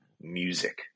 music